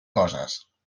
coses